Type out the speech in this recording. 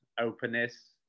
openness